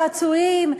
צעצועים,